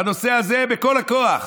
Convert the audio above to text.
בנושא הזה בכל הכוח,